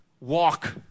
walk